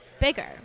bigger